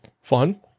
Fun